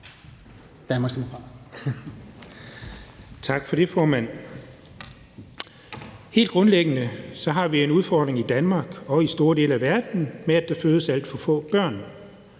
Helt grundlæggende har vi en udfordring i Danmark og i store dele af verden med, at der fødes alt for få børn.